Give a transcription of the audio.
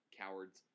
cowards